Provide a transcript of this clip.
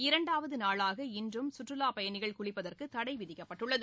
இரண்டாவது நாளாக இன்றும் சுற்றுலாப்பயணிகள் குளிப்பதற்கு தடை விதிக்கப்பட்டுள்ளது